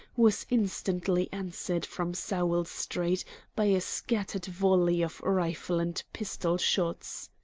was instantly answered from sowell street by a scattered volley of rifle and pistol shots.